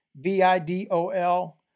V-I-D-O-L